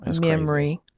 memory